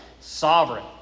sovereign